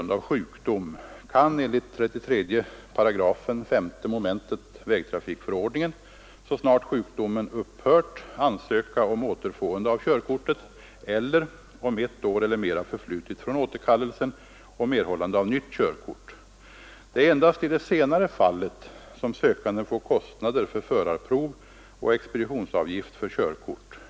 Det är endast i det senare fallet som sökanden får kostnader för förarprov och expeditionsavgift för körkort.